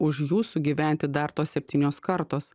už jūsų gyventi dar tos septynios kartos